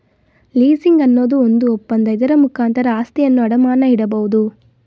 leasing ಅನ್ನೋದು ಒಂದು ಒಪ್ಪಂದ, ಇದರ ಮುಖಾಂತರ ಆಸ್ತಿಯನ್ನು ಅಡಮಾನ ಇಡಬೋದು